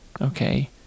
okay